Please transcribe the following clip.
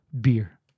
beer